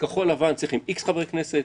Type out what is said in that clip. בכחול לבן צריכים X חברי הכנסת,